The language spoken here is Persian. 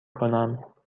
کنم